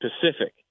Pacific